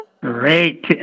Great